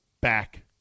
back